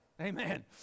Amen